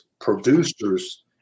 producers